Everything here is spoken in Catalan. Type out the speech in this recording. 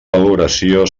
valoració